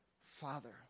Father